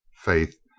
faith,